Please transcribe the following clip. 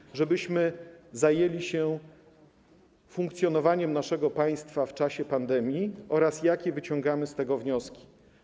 Chodzi o to, żebyśmy zajęli się funkcjonowaniem naszego państwa w czasie pandemii, oraz o to, jakie wyciągamy z tego wnioski.